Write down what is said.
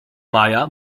maya